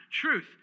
Truth